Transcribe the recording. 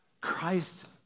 Christ